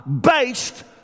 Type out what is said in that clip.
based